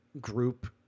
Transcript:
group